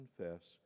confess